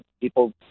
people